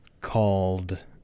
called